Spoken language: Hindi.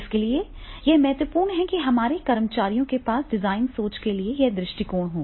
इसके लिए यह महत्वपूर्ण है कि हमारे कर्मचारियों के पास डिजाइन सोच के लिए यह दृष्टिकोण है